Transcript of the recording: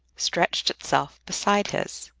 stretched itself beside his,